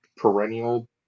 perennial